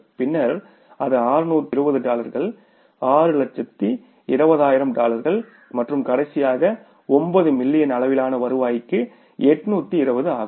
பின்னர் அது 620 டாலர்கள் 620000 டாலர்கள் மற்றும் கடைசியாக 9 மில்லியன் அளவிலான வருவாய்க்கு 820 ஆகும்